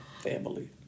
family